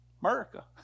America